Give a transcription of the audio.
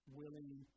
willing